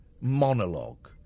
monologue